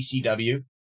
ECW